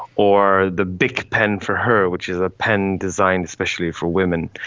or the bic pen for her, which is a pen designed especially for women.